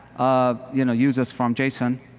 um you know, users from json,